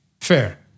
Fair